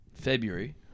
February